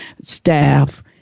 staff